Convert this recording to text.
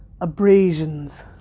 abrasions